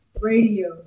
Radio